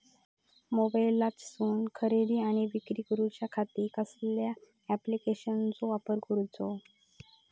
मोबाईलातसून खरेदी आणि विक्री करूच्या खाती कसल्या ॲप्लिकेशनाचो वापर करूचो?